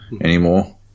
anymore